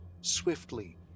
swiftly